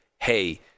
hey